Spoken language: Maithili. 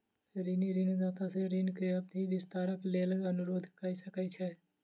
ऋणी ऋणदाता सॅ ऋण के अवधि विस्तारक लेल अनुरोध कय सकै छै